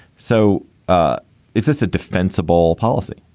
so ah is this a defensible policy?